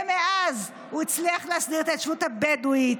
ומאז הוא הצליח להסדיר את ההתיישבות הבדואית,